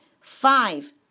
five